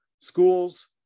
Schools